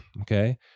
okay